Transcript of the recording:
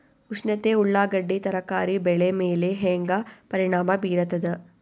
ಉಷ್ಣತೆ ಉಳ್ಳಾಗಡ್ಡಿ ತರಕಾರಿ ಬೆಳೆ ಮೇಲೆ ಹೇಂಗ ಪರಿಣಾಮ ಬೀರತದ?